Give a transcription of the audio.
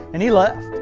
and he left.